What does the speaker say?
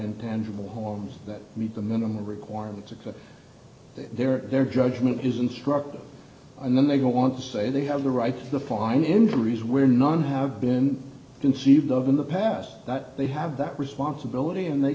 intangible homes that meet the minimum requirements of their judgment is instructed and then they go on to say they have the right to the following injuries where none have been conceived of in the past that they have that responsibility and they